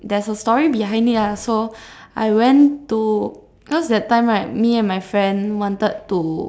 there's a story behind it lah so I went to cause that time right me and my friend wanted to